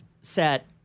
set